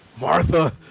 Martha